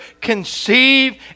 conceive